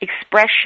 expression